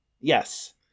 Yes